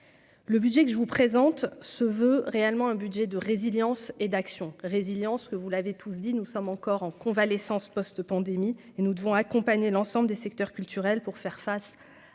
le budget que je vous présente se veut réellement un budget de résilience et d'action résilience que vous l'avez tous dit nous sommes encore en convalescence post-pandémie et nous devons accompagner l'ensemble des secteurs culturels pour faire face à ces défis dans